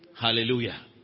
hallelujah